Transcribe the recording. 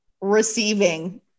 receiving